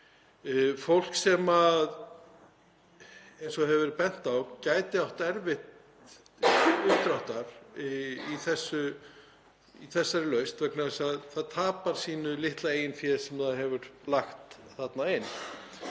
fólk sem, eins og hefur verið bent á, gæti átt erfitt uppdráttar í þessari lausn vegna þess að það tapar sínu litla eigin fé sem það hefur lagt þarna inn.